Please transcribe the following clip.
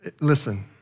Listen